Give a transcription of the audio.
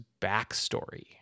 backstory